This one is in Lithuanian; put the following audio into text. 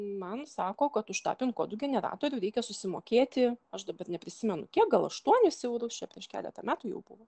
man sako kad už tą pin kodų generatorių reikia susimokėti aš dabar neprisimenu kiek gal aštuonis eurus čia prieš keletą metų jau buvo